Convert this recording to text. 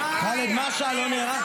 ח'אלד משעל לא נהרג?